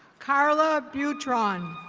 carla butron.